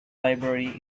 library